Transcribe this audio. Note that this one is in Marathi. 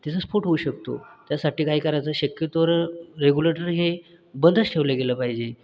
तिचा स्फोट होऊ शकतो त्याच्यासाठी काय करायचं शक्यतो रेग्युलेटर हे बंदच ठेवलं गेलं पाहिजे